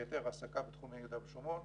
בהיתרי העסקה בתחומי יהודה ושומרון,